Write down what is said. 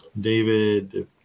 David